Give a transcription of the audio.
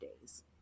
days